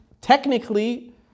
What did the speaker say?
technically